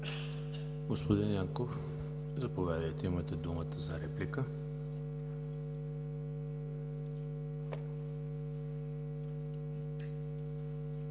Господин Янков, заповядайте – имате думата за реплика.